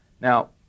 Now